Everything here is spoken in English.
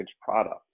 product